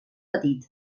petit